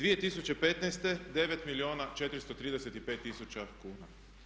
2015. 9 milijuna i 435 tisuća kuna.